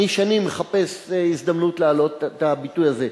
שנים אני מחפש הזדמנות להעלות את הביטוי הזה,